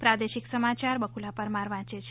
પ્રાદેશિક સમાચાર બકુલા પરમાર વાંચે છે